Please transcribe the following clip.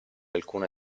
alcuna